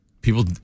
People